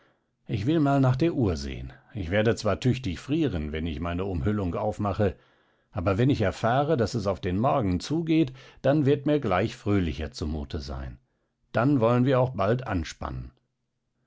ich will mal nach der uhr sehen ich werde zwar tüchtig frieren wenn ich meine umhüllung aufmache aber wenn ich erfahre daß es auf den morgen zugeht dann wird mir gleich fröhlicher zumute sein dann wollen wir auch bald anspannen